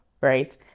right